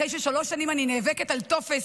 אחרי ששלוש שנים אני נאבקת על טופס